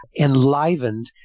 enlivened